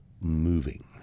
moving